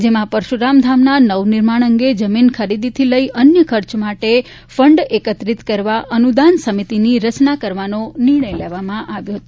જેમાં પરશુરામ ધામના નવનિર્માણ અંગે જમીન ખરીદીથી લઇ અન્ય ખર્ચ માટે ફંડ એકત્રિત કરવા અનુદાન સમિતિની રચના કરવાનો નિર્ણય લેવામાં આવ્યો હતો